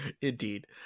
indeed